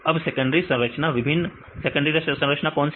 अब सेकेंडरी संरचना विभिन्न सेकेंडरी संरचना कौन सी है